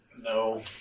No